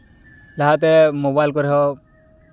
ᱞᱟᱦᱟᱛᱮ ᱢᱳᱵᱟᱭᱤᱞ ᱠᱚᱨᱮ ᱦᱚᱸ